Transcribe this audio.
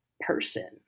person